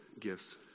gifts